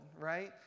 right